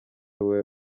wowe